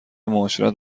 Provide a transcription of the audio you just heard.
معاشرت